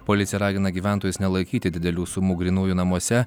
policija ragina gyventojus nelaikyti didelių sumų grynųjų namuose